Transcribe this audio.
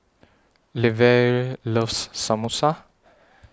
Levie loves Samosa